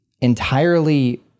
entirely